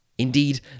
Indeed